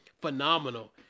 phenomenal